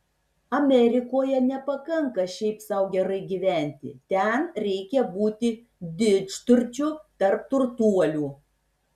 amerikoje nepakanka šiaip sau gerai gyventi ten reikia būti didžturčiu tarp turtuolių